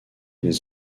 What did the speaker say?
les